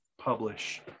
publish